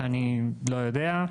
אני לא יודע.